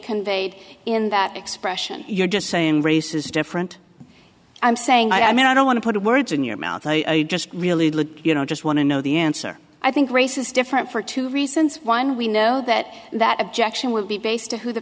conveyed in that expression you're just saying race is different i'm saying i mean i don't want to put words in your mouth i just really you know i just want to know the answer i think race is different for two reasons one we know that that objection will be based to who the